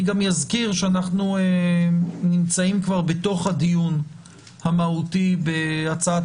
אני גם אזכיר שאנחנו נמצאים כבר בתוך הדיון המהותי בהצעת